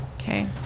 Okay